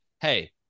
hey